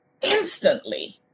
instantly